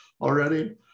already